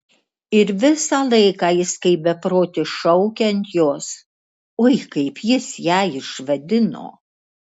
ir visą laiką jis kaip beprotis šaukia ant jos ui kaip jis ją išvadino